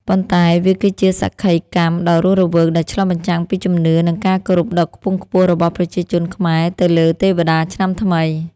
ប៉ុន្តែវាគឺជាសក្ខីកម្មដ៏រស់រវើកដែលឆ្លុះបញ្ចាំងពីជំនឿ និងការគោរពដ៏ខ្ពង់ខ្ពស់របស់ប្រជាជនខ្មែរទៅលើទេវតាឆ្នាំថ្មី។